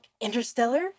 Interstellar